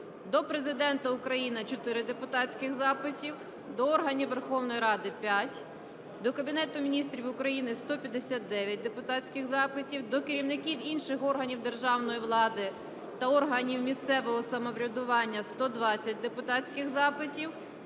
до Президента України - 4 депутатських запитів, до органів Верховної Ради – 5, до Кабінету Міністрів України – 159 депутатських запитів, до керівників інших органів державної влади та органів місцевого самоврядування – 120 депутатських запитів,